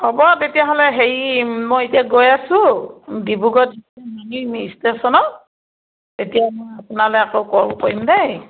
হ'ব তেতিয়াহ'লে হেৰি মই এতিয়া গৈ আছোঁ ডিব্ৰুগড়ত নামিম ষ্টেশ্যনত তেতিয়া মই আপোনালৈ আকৌ কল কৰিম দেই